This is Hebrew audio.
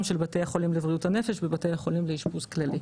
של בתי החולים של בריאות הנפש ובתי החולים לאשפוז כללי.